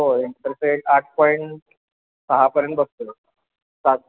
हो interest rate आठ point सहापर्यंत बसतो सात